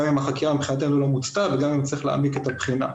גם אם החקירה מבחינתנו לא מוצתה וגם אם צריך להעמיק את הבחינה.